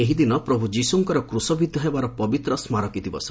ଏହିଦିନ ପ୍ରଭୁ ଯୀଶୁଙ୍କର କ୍ରଶବିଦ୍ଧ ହେବାର ପବିତ୍ର ସ୍କାରକୀ ଦିବସ